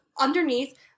underneath